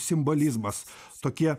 simbolizmas tokie